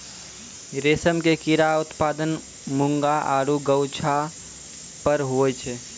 रेशम के कीड़ा उत्पादन मूंगा आरु गाछौ पर हुवै छै